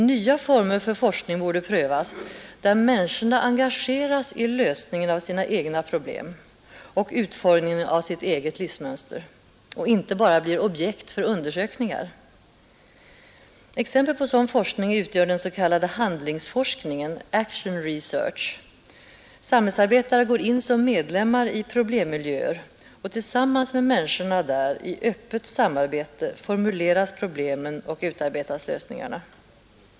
Nya former för forskning borde prövas, där människorna engageras i lösningen av sina egna problem och utformningen av sitt eget livsmönster och inte bara blir objekt för undersökningar. Exempel på sådan forskning utgör den s.k. handlingsforskningen, ”action research”. Samhällsarbetare går in som medlemmar i problemmiljöer. Tillsammans med människorna där, i öppet samarbete, formuleras problemen och utarbetas lösningarna.